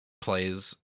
plays